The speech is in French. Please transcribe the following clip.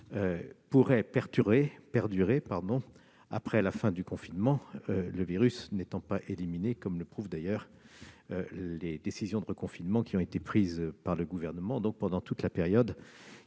pourrait perdurer après la fin du confinement, le virus n'ayant pas disparu, comme le prouvent d'ailleurs les décisions de reconfinement qui ont été prises par le Gouvernement. Pendant toute la période